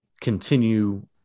continue